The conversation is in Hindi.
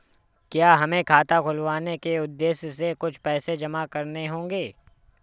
क्या हमें खाता खुलवाने के उद्देश्य से कुछ पैसे जमा करने होंगे?